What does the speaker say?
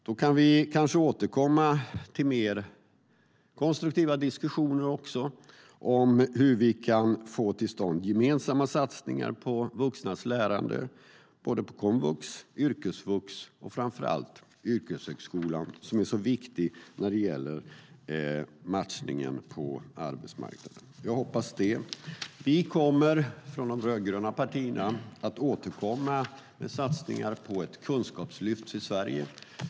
Då kan vi kanske föra mer konstruktiva diskussioner om hur vi kan få till stånd gemensamma satsningar på vuxnas lärande inom komvux, yrkesvux och framför allt yrkeshögskolan, som är så viktig för matchningen på arbetsmarknaden. Jag hoppas det. Vi kommer från de rödgröna partierna att återkomma med satsningar på ett kunskapslyft för Sverige.